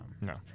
No